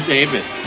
Davis